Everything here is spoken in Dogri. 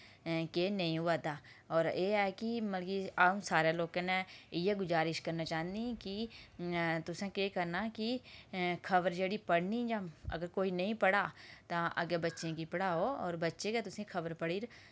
केह् नेईं होआ दा और एह् ऐ मतलब कि अ'ऊं सारें लोकें नै इ'यै गुज़ारिश करना चाह्न्नी कि तुसें केह् करना कि खबर जेह्ड़ी पढ़नी जां अगर कोई नेईं पढ़ा दा तां अग्गें बच्चें गी पढाओ और बच्चे गै तुसें खबर पढ़ी र